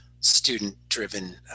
student-driven